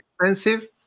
expensive